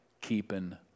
keeping